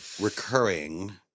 recurring